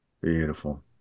Beautiful